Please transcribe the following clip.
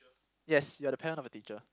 yes you are the parent of the teacher